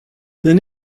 then